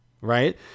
right